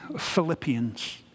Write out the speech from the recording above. Philippians